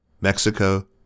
Mexico